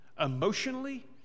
emotionally